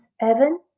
Evan